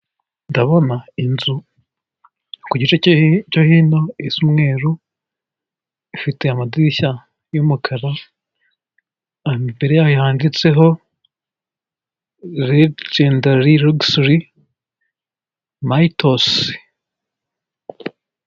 Ndabona inzu, ku gice cyo hino isa umweru, ifite amadirisha y'umukara, imbere yayo handitseho, Legendary Luxury Mythos.